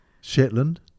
Shetland